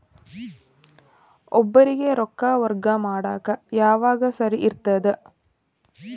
ಒಬ್ಬರಿಗ ರೊಕ್ಕ ವರ್ಗಾ ಮಾಡಾಕ್ ಯಾವಾಗ ಸರಿ ಇರ್ತದ್?